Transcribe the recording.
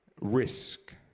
risk